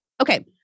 Okay